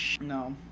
No